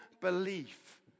belief